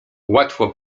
łatwo